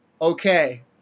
okay